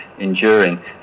enduring